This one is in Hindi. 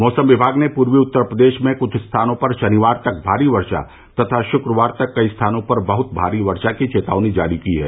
मौसम विभाग ने पूर्वी उत्तर प्रदेश में कुछ स्थानों पर शनिवार तक भारी वर्षा तथा शुक्रवार तक कई स्थानों पर बहुत भारी वर्षा की चेतावनी जारी की है